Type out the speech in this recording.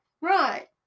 right